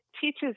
teaches